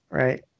right